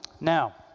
Now